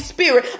Spirit